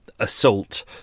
Assault